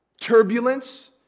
turbulence